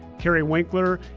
kari winckler,